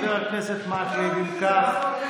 מה אתה עונה?